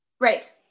Right